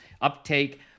uptake